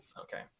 Okay